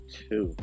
two